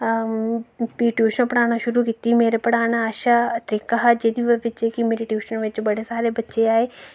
फ्ही टयूशन पढ़ाना शुरू कीती मेरे पढ़ाना अच्छा तरीका हा जिदी बिच के मेरे टयूशन बिच बड़े बच्चे आए